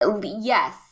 Yes